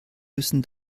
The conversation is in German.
müssen